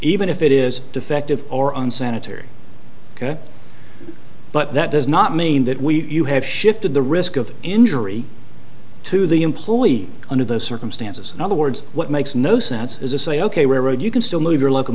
even if it is defective or unsanitary but that does not mean that we you have shifted the risk of injury to the employee under those circumstances in other words what makes no sense is a say ok road you can still move your loc